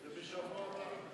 זה בשבוע הבא.